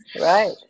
Right